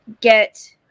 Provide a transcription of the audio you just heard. get